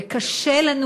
וקשה לנו,